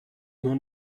nur